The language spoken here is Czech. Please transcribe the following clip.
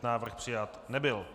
Návrh přijat nebyl.